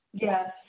Yes